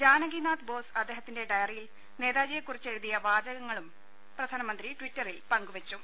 ജാനകിനാഥ് ബോസ് അദ്ദേഹത്തിന്റെ ഡയറിയിൽ നേതാജിയെ കുറിച്ച് എഴുതിയ വാചകങ്ങളും പ്രധാനമന്ത്രി ട്വിറ്ററിൽ പങ്കെവെച്ചു